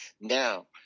now